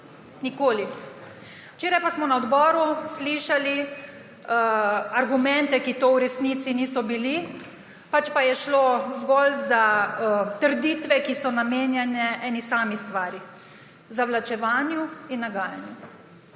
Nikoli. Včeraj pa smo na odboru slišali argumente, ki to v resnico niso bili, pač pa je šlo zgolj za trditve, ki so namenjene eni sami stvari − zavlačevanju in nagajanju.